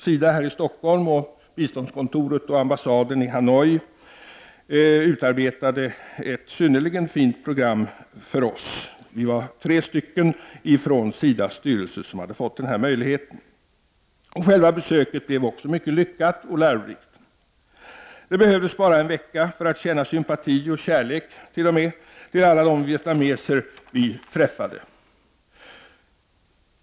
SIDA här i Stockholm, biståndskontoret och ambassaden i Hanoi utarbetade ett synnerligen fint program för oss tre från SIDAS styrelse som hade fått denna möjlighet. Besöket blev mycket lyckat och lärorikt. Det behövdes bara en vecka för att känna sympati och t.o.m. kärlek för alla de vietnameser vi träffade.